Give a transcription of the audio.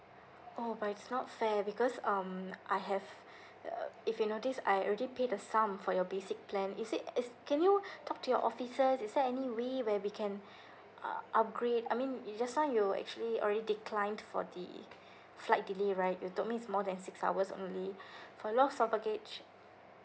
oh but it's not fair because um I have uh if you notice I already paid the sum for your basic plan is it is can you talk to your officers is there any way where we can uh upgrade I mean you just now you actually already declined for the flight delay right you told me it's more than six hours only for loss of baggage